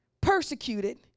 persecuted